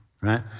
Right